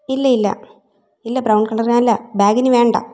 ഇല്ല ഇല്ലാ ഇല്ല ബ്രൗൺ കളർ അല്ല ബാഗ് ഇനി വേണ്ട